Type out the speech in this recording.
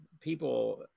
people